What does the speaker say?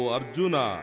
Arjuna